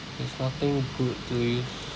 there's nothing good to use